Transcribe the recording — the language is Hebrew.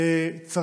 בהחלט, אם תרצה.